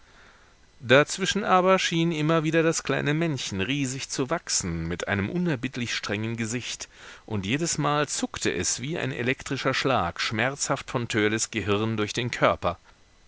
dazwischen aber schien immer wieder das kleine männchen riesig zu wachsen mit einem unerbittlich strengen gesicht und jedesmal zuckte es wie ein elektrischer schlag schmerzhaft von törleß gehirn durch den körper